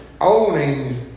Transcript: owning